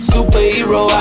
Superhero